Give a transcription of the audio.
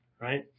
right